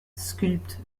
sculpte